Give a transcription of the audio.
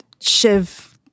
Shiv